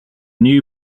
new